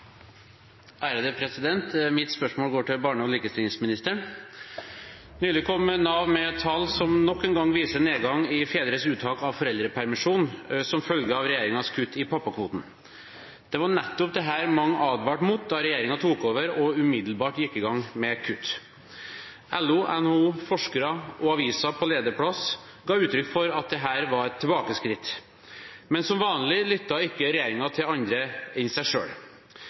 likestillingsministeren. Nylig kom Nav med et tall som nok en gang viser nedgang i fedres uttak av foreldrepermisjon, som følge av regjeringens kutt i pappakvoten. Det var nettopp dette mange advarte mot da regjeringen tok over og umiddelbart gikk i gang med kutt. LO, NHO, forskere og aviser på lederplass ga uttrykk for at dette var et tilbakeskritt. Men som vanlig lyttet ikke regjeringen til andre enn seg